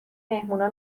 مهمونها